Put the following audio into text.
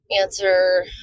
answer